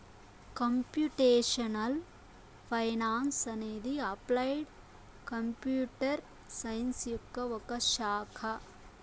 computational finance అనేది applied computer science యొక్క ఒక శాఖ